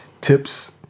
tips